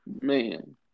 Man